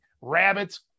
Rabbits